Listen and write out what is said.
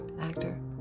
actor